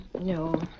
No